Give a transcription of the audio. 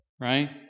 right